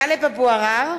בעד טלב אבו עראר,